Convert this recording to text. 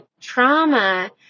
trauma